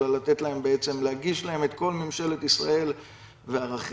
אלא להגיש להם את כל ממשלת ישראל וערכיה,